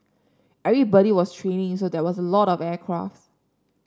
everybody was training so there was a lot of aircraft's